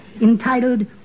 ...entitled